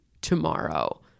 tomorrow